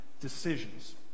decisions